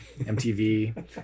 MTV